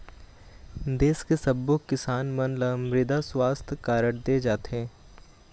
देस के सब्बो किसान मन ल मृदा सुवास्थ कारड दे जाथे